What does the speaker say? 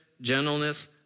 gentleness